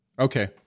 okay